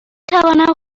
توانم